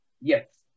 Yes